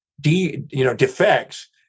defects